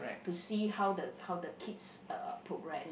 to see how the how the kids uh progress